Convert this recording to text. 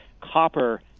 copper